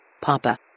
Papa